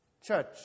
church